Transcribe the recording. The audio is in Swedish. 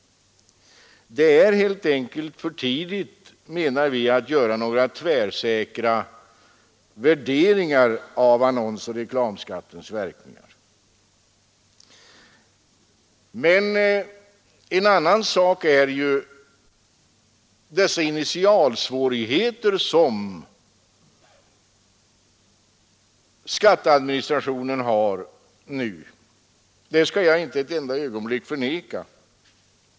Det är alldeles för tidigt, menar vi, att göra några tvärsäkra värderingar av annonsoch reklamskattens verkningar. Men en annan sak är de initialsvårigheter som skatteadministrationen nu har. Dem skall jag inte ett enda ögonblick förneka.